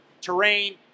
terrain